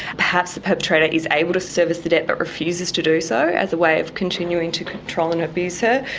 perhaps the perpetrator is able to service the debt but refuses to do so as a way of continuing to control and abuse her.